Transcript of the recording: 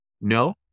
No